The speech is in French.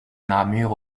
namur